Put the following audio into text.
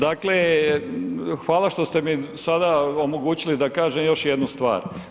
Dakle, hvala što ste mi sada omogućili da kažem još jednu stvar.